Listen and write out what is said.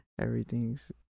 everything's